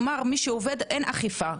כלומר, מי שעובד אין אכיפה.